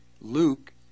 Luke